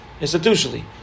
Institutionally